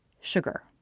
Sugar